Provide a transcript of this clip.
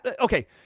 okay